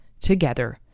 together